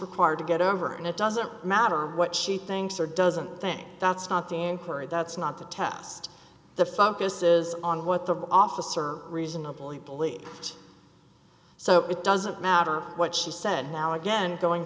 required to get over and it doesn't matter what she thinks or doesn't think that's not the encourage that's not the test the focus is on what the officer reasonably believed so it doesn't matter what she said now again going